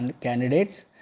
candidates